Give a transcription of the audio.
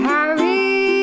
Harry